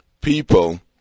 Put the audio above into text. people